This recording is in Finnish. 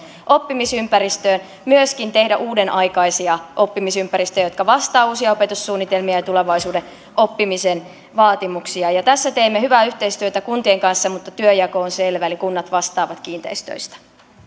oppimisympäristöön myöskin tehdä uudenaikaisia oppimisympäristöjä jotka vastaavat uusia opetussuunnitelmia ja tulevaisuuden oppimisen vaatimuksia tässä teemme hyvää yhteistyötä kuntien kanssa mutta työnjako on selvä eli kunnat vastaavat kiinteistöistä